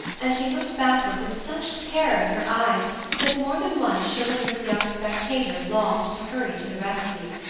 and she looked backward with such terror in her eyes that more than one chivalrous young spectator longed to hurry to the rescue.